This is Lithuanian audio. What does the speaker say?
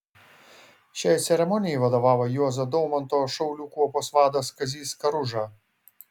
šiai ceremonijai vadovavo juozo daumanto šaulių kuopos vadas kazys karuža